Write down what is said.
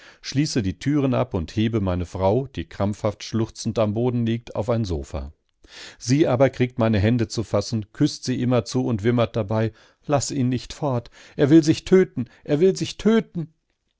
schließe die türen ab und hebe meine frau die krampfhaft schluchzend am boden liegt auf ein sofa sie aber kriegt meine hände zu fassen küßt sie immerzu und wimmert dabei laß ihn nicht fort er will sich töten er will sich töten